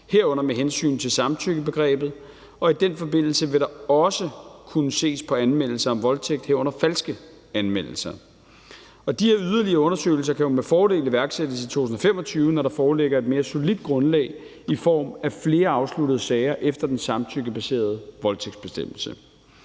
herunder med hensyn til samtykkebegrebet, og i den forbindelse vil der også kunne ses på anmeldelser af voldtægt, herunder falske anmeldelser. De her yderligere undersøgelser kan jo med fordel iværksættes i 2025, når der foreligger et mere solidt grundlag i form af flere afsluttede sager efter den samtykkebaserede voldtægtsbestemmelse.